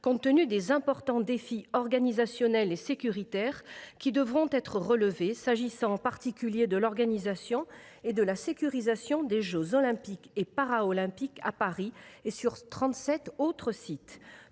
compte tenu des importants défis organisationnels et sécuritaires qui devront être relevés, s’agissant en particulier de l’organisation et de la sécurisation des jeux Olympiques et Paralympiques à Paris et sur trente